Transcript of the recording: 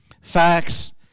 facts